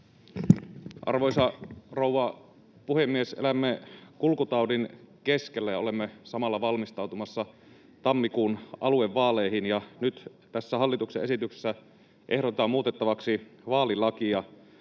Arvoisa rouva puhemies! Elämme kulkutaudin keskellä ja olemme samalla valmistautumassa tammikuun aluevaaleihin. Nyt tässä hallituksen esityksessä ehdotetaan muutettavaksi vaalilakia.